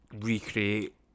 recreate